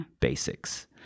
basics